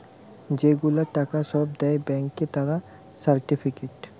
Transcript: যে গুলা টাকা সব দেয় ব্যাংকে তার সার্টিফিকেট